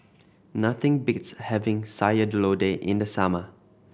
nothing beats having Sayur Lodeh in the summer